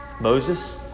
Moses